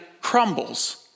crumbles